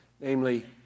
namely